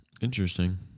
Interesting